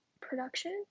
production